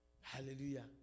Hallelujah